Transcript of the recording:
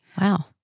Wow